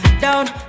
down